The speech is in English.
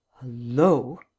Hello